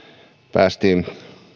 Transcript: päästiin